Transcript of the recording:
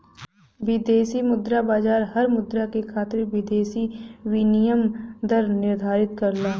विदेशी मुद्रा बाजार हर मुद्रा के खातिर विदेशी विनिमय दर निर्धारित करला